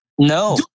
No